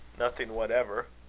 nothing whatever.